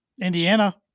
Indiana